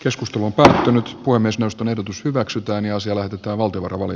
keskustelu päätynyt voi myös noston ehdotus hyväksytään jos oletetaan valtion rooli